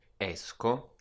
Esco